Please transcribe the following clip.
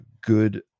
good